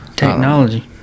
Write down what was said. technology